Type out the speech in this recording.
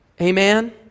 Amen